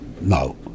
no